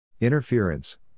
Interference